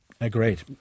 Agreed